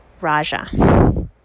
Raja